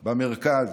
במרכז.